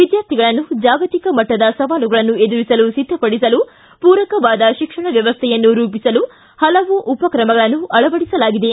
ವಿದ್ಯಾರ್ಥಿಗಳನ್ನು ಜಾಗತಿಕಮಟ್ಟದ ಸವಾಲುಗಳನ್ನು ಎದುರಿಸಲು ಒದ್ದಪಡಿಸಲು ಪೂರಕವಾದ ಶಿಕ್ಷಣ ವ್ಯವಸ್ಥೆಯನ್ನು ರೂಪಿಸಲು ಹಲವು ಉಪಕ್ರಮಗಳನ್ನು ಅಳವಡಿಸಲಾಗಿದೆ